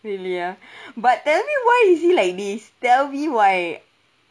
really ah but tell me why is he like this tell me why